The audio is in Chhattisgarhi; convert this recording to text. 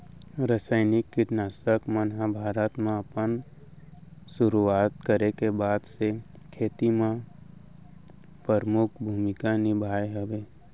रासायनिक किट नाशक मन हा भारत मा अपन सुरुवात के बाद से खेती मा परमुख भूमिका निभाए हवे